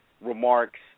remarks